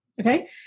Okay